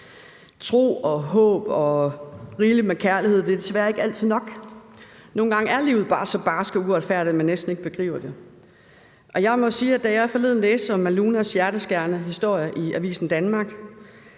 Tro og håb og rigelig med kærlighed er desværre ikke altid nok. Nogle gange er livet bare så barsk og uretfærdigt, at man næsten ikke begriber det. Jeg må sige, at da jeg forleden læste om Malunas hjerteskærende historie i Avisen Danmark,